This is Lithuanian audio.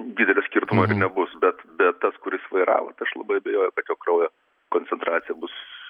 didelio skirtumo ir nebus bet bet tas kuris vairavo tai aš labai abejoju kad jo kraujo koncentracija bus